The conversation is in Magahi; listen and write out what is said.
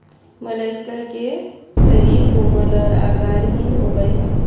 मोलस्का के शरीर कोमल और आकारहीन होबय हइ